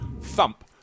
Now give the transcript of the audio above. thump